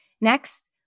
Next